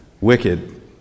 Wicked